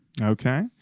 Okay